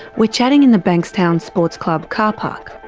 we're chatting in the bankstown sports club car park.